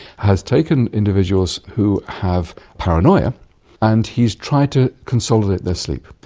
has taken individuals who have paranoia and he's tried to consolidate their sleep.